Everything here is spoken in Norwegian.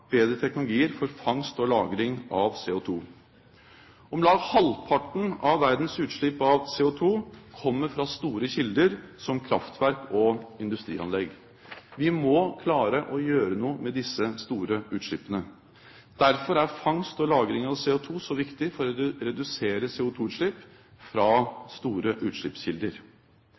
bedre teknologier for fangst og lagring av CO2. Om lag halvparten av verdens utslipp av CO2 kommer fra store kilder som kraftverk og industrianlegg. Vi må klare å gjøre noe med disse store utslippene. Derfor er fangst og lagring av CO2 så viktig for å redusere CO2-utslipp fra store utslippskilder.